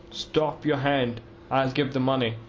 stop your hand i'll give the money.